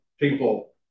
people